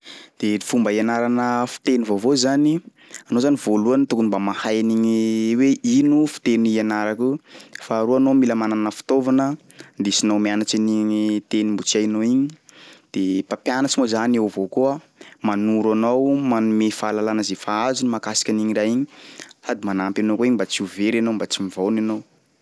De ny fomba ianarana fiteny vaovao zany, anao zany voalohany tokony mba mahay an'igny hoe ino fiteny ianarako io, faharoa anao mila manana fitaovana ndesinao mianatsy an'igny teny mbo tsy hainao igny de mpampianatry moa zany eo avao koa manoro anao, manome fahalalana zay fa azony mahakasika an'igny raha igny sady manampy anao koa igny mba tsy ho very anao, mba tsy mivaona ianao.